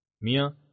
Mia